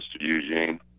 Eugene